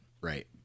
Right